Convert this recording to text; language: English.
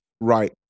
right